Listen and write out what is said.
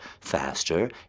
faster